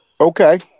Okay